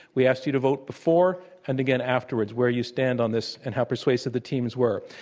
we ask you to vote before and again afterwards where you stand on this and how persuasive the teams were.